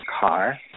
car